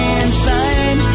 inside